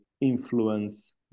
influence